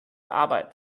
arbeit